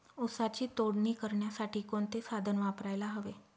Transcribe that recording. ऊसाची तोडणी करण्यासाठी कोणते साधन वापरायला हवे?